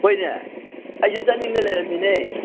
ꯍꯣꯏꯅꯦ ꯑꯩꯁꯦ ꯆꯠꯅꯤꯡꯗꯅ ꯂꯩꯔꯝꯃꯤꯅꯦ